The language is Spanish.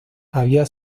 había